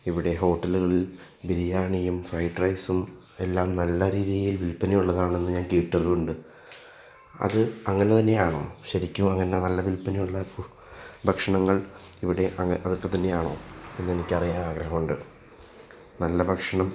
ഇവിടെ ഹോട്ടല്കളിൽ ബിരിയാണിയും ഫ്രൈഡ് റൈസും എല്ലാം നല്ല രീതിയിൽ വിൽപ്പനയുള്ളതാണെന്ന് ഞാൻ കേട്ടറിവുണ്ട് അത് അങ്ങനെ തന്നെയാണോ ശരിക്കും അങ്ങനെ നല്ല വില്പനയുള്ള ഭക്ഷണങ്ങൾ ഇവിടെ അതൊക്കെ തന്നെയാണോ എന്നെനിക്കറിയാനാഗ്രഹമുണ്ട് നല്ല ഭക്ഷണം